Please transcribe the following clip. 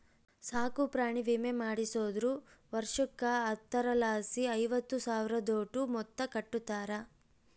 ಸಾಕುಪ್ರಾಣಿ ವಿಮೆ ಮಾಡಿಸ್ದೋರು ವರ್ಷುಕ್ಕ ಹತ್ತರಲಾಸಿ ಐವತ್ತು ಸಾವ್ರುದೋಟು ಮೊತ್ತ ಕಟ್ಟುತಾರ